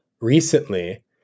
recently